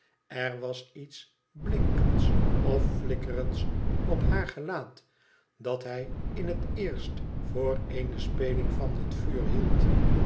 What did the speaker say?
er was iets blinkends of flikkerends op haar gelaat dat hij in het eerst voor eene speling van het vuur hield